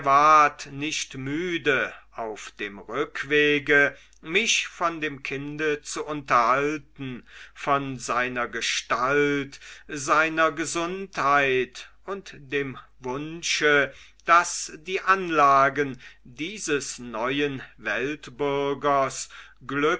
nicht müde auf dem rückwege mich von dem kinde zu unterhalten von seiner gestalt seiner gesundheit und dem wunsche daß die anlagen dieses neuen weltbürgers